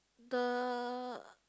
the